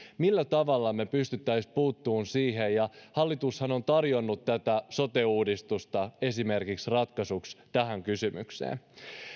millä tavalla me pystyisimme puuttumaan siihen hallitushan on tarjonnut sote uudistusta ratkaisuksi esimerkiksi tähän